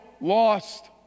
lost